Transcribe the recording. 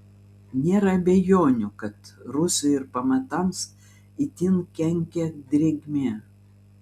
nėra abejonių kad rūsiui ir pamatams itin kenkia drėgmė